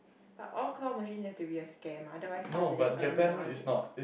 but all claw machines have to be a scam otherwise how do they earn money